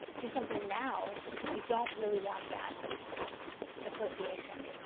do something now because you don't really want that association.